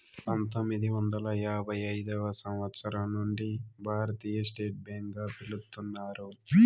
పంతొమ్మిది వందల యాభై ఐదు సంవచ్చరం నుండి భారతీయ స్టేట్ బ్యాంక్ గా పిలుత్తున్నారు